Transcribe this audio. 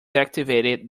activated